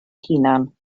hunan